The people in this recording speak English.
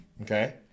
okay